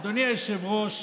אדוני היושב-ראש,